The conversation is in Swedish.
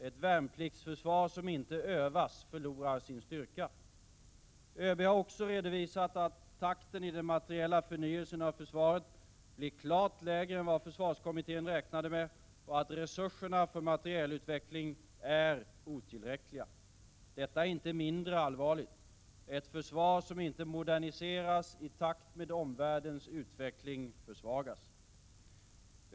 Ett värnpliktsförsvar som inte övas förlorar sin styrka. ÖB har också redovisat att takten i den materiella förnyelsen av försvaret blir klart lägre än vad försvarskommittén räknade med genom att resurserna för materielutveckling är otillräckliga. Detta är inte mindre allvarligt. Ett försvar som inte moderniseras i takt med omvärldens utveckling försvagas.